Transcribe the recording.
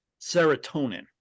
serotonin